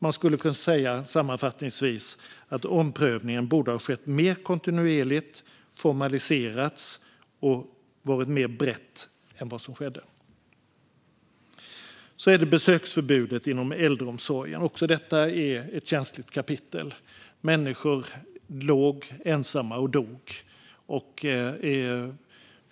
Man skulle sammanfattningsvis kunna säga att omprövningen borde ha skett mer kontinuerligt samt att det borde ha formaliserats och varit bredare än det var. Sedan kommer vi till besöksförbudet inom äldreomsorgen, och även detta är ett känsligt kapitel. Människor låg ensamma och dog.